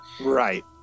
Right